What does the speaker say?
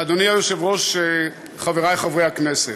אדוני היושב-ראש, חברי חברי הכנסת,